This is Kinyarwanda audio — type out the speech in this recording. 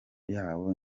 yawo